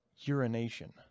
urination